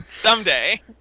someday